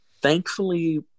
thankfully